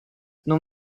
non